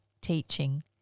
teaching